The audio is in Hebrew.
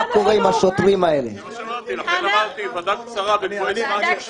בקבועי זמן של שבועיים להבאת תשובות,